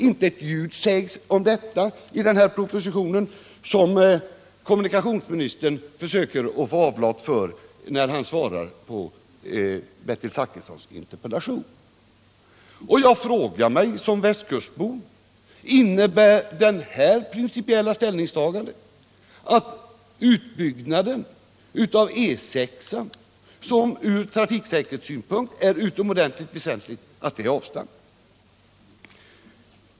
Inte ett ord sägs om detta i denna proposition, som kommunikationsministern hänvisar till för att få avlat när han svarar på Bertil Zachrissons interpellation. Och jag frågar mig som västkustbo: Innebär detta principiella ställningstagande att utbyggnaden av E 6, som ur trafiksäkerhetssynpunkt är utomordentligt besvärlig, avstannar?